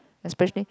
especially